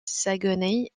saguenay